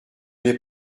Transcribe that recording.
n’est